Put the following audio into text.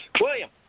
William